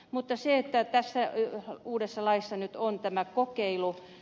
mutta tässä uudessa laissa on nyt tämä kokeilu